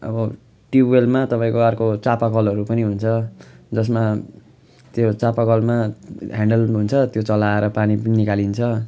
अब ट्युबवेलमा तपाईँको अर्को चापाकलहरू पनि हुन्छ जसमा त्यो चापाकलमा ह्यान्डल हुन्छ त्यो चलाएर पानी पनि निकालिन्छ